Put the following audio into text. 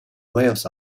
whales